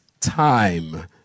Time